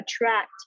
attract